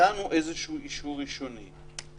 נתנו איזשהו אישור ראשוני,